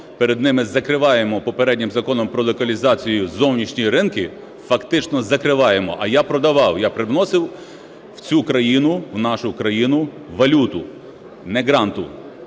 перед ними закриваємо попереднім законом про локалізацію зовнішні ринки, фактично закриваємо. А я продавав, я приносив в цю країну, в нашу країну, валюту – не гранти,